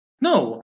No